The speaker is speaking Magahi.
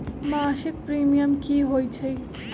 मासिक प्रीमियम की होई छई?